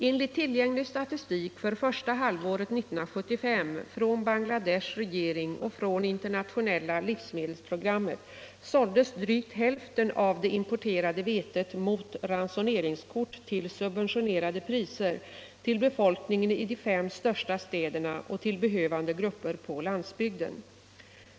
Enligt tillgänglig statistik för första halvåret 1975 från Bangladeshs regering och från internationella livsmedelsprogrammet såldes drygt hälften av det importerade vetet mot ransoneringskort till subventionerade priser till befolkningen i de fem största städerna och till behövande grupper på landsbygden.